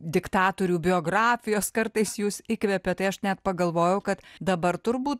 diktatorių biografijos kartais jus įkvepia tai aš net pagalvojau kad dabar turbūt